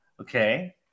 Okay